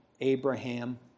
Abraham